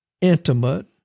intimate